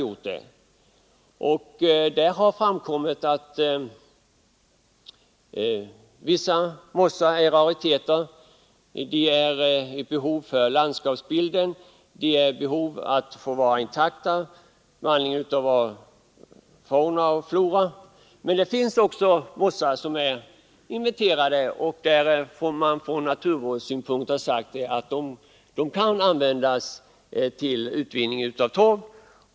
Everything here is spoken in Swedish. Och vid de inventeringarna har det framkommit att vissa mossar är rariteter, som är nödvändiga för landskapsbilden. De måste hållas intakta om vi vill behålla vår fauna och flora. Men det finns andra mossar som är inventerade och om vilka man från naturvårdshåll har sagt att de kan användas för utvinning av torv.